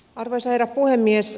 arvoisa herra puhemies